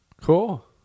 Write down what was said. Cool